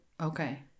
Okay